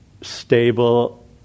stable